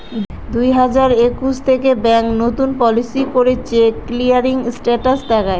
দুই হাজার একুশ থেকে ব্যাঙ্ক নতুন পলিসি করে চেক ক্লিয়ারিং স্টেটাস দেখায়